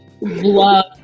love